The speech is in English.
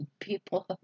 people